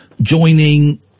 joining